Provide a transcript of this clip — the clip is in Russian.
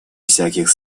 всяких